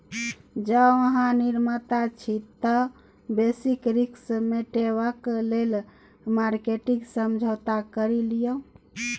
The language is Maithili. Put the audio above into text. जौं अहाँ निर्माता छी तए बेसिस रिस्क मेटेबाक लेल मार्केटिंग समझौता कए लियौ